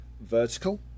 vertical